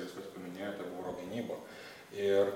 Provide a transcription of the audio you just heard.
jūs pats paminėjote oro gynybą ir